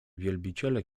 wielbiciele